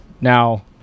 now